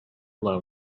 low